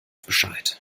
bescheid